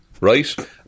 right